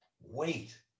wait